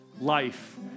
life